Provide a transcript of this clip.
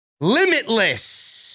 limitless